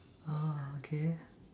oh okay